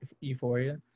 Euphoria